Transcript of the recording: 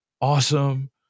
awesome